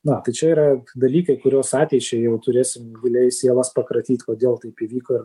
na tai čia yra dalykai kuriuos ateičiai jau turėsim giliai sielas pakratyt kodėl taip įvyko ir